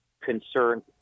concern